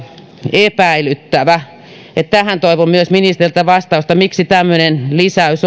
epäilyttävä tähän toivon myös ministeriltä vastausta miksi tämmöinen lisäys